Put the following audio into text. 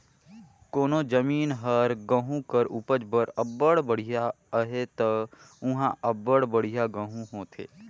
कोनो जमीन हर गहूँ कर उपज बर अब्बड़ बड़िहा अहे ता उहां अब्बड़ बढ़ियां गहूँ होथे